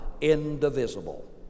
indivisible